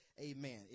Amen